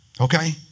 Okay